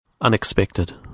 Unexpected